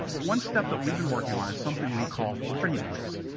but one step that we've been working on is something we call pretty please.